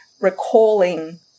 recalling